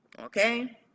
Okay